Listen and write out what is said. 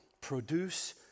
produce